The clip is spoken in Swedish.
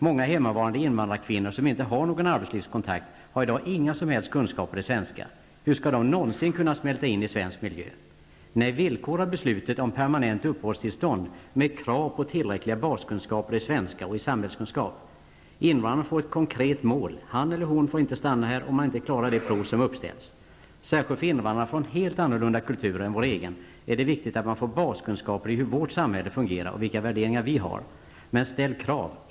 Många hemmavarande invandrarkvinnor som inte har någon arbetslivskontakt har i dag inga som helst kunskaper i svenska. Hur skall de någonsin kunna smälta in i svensk miljö? Nej, villkora beslutet om permanent uppehållstillstånd med ett krav på tillräckliga baskunskaper i svenska och i samhällskunskap. Invandrarna får ett konkret mål -- han eller hon får inte stanna här om vederbörande inte klarar det prov som uppställts. Särskilt för invandrare från helt annorlunda kulturer än vår egen är det viktigt att få baskunskaper i hur vårt samhälle fungerar och vilka värderingar vi har. Men ställ krav.